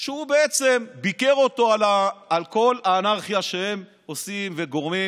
שהוא בעצם ביקר אותו על כל האנרכיה שהם עושים וגורמים